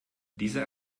diese